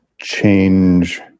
change